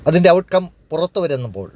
അതിൻ്റെ outcome പുറത്തുവരുമ്പോൾ